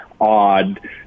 odd